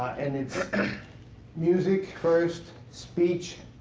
and it's music first, speech,